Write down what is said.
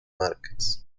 markets